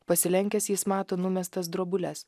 pasilenkęs jis mato numestas drobules